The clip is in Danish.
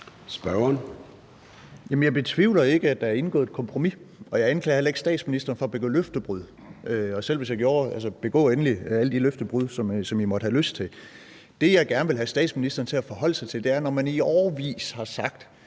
jeg betvivler ikke, at der er indgået et kompromis, og jeg anklager heller ikke statsministeren for at begå løftebrud, og selv hvis jeg gjorde, vil jeg sige: Begå endelig alle de løftebrud, som man måtte have lyst til. Det, jeg gerne vil have statsministeren til at forholde sig til, er, at man i årevis har sagt,